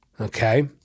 okay